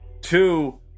two